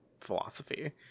philosophy